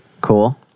Cool